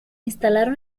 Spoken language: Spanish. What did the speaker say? instalaron